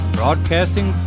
broadcasting